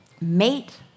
mate